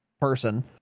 person